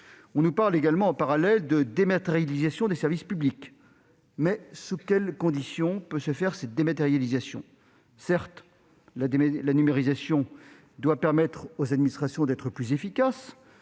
On nous parle également en parallèle de dématérialisation des services publics, mais dans quelles conditions peut-elle se faire ? Certes, la numérisation doit permettre aux administrations d'être plus efficaces.